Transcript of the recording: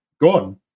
gone